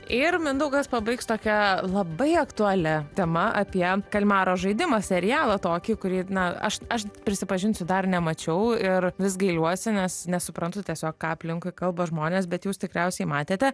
ir mindaugas pabaigs tokia labai aktualia tema apie kalmaro žaidimą serialą tokį kurį na aš aš prisipažinsiu dar nemačiau ir vis gailiuosi nes nesuprantu tiesiog ką aplinkui kalba žmonės bet jūs tikriausiai matėte